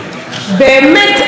באמת,